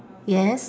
yes